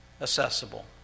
Accessible